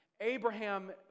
Abraham